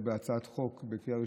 או בהצעת חוק בקריאה ראשונה,